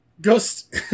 Ghost